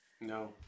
No